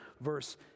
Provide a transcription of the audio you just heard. verse